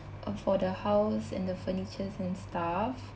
uh for the house and the furnitures and stuff